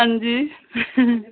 अंजी